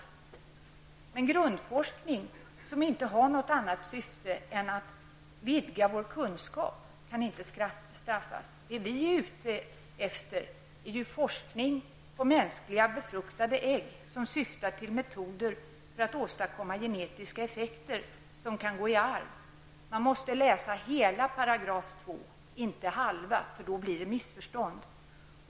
Men forskare som bedriver grundforskning som inte har något annat syfte än att vidga vår kunskap kan inte straffas. Det som vi är ute efter är forskning på mänskliga befruktade ägg som syftar till metoder för att åstadkomma genetiska effekter som kan gå i arv. Man måste läsa hela 2 §, inte halva, eftersom det då blir missförstånd.